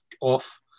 off